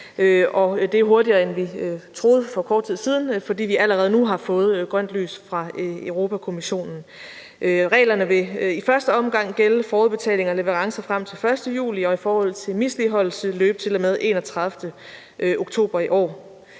det er hurtigere, end vi troede for kort tid siden, fordi vi allerede nu har fået grønt lys fra Europa-Kommissionen. Reglerne vil i første omgang gælde forudbetalinger og leverancer frem til 1. juli og i forhold til misligholdelse løbe til og med 31. oktober i år.